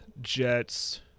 Jets